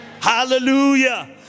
Hallelujah